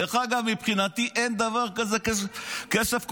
דרך אגב, מבחינתי אין דבר כזה כסף קואליציוני.